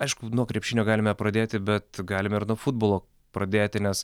aišku nuo krepšinio galime pradėti bet galime ir nuo futbolo pradėti nes